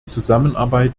zusammenarbeit